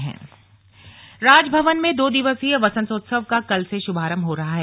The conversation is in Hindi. स्लग राजभवन वसंतोत्सव राजभवन में दो दिवसीय वसंतोत्सव का कल से शुभारंभ हो रहा है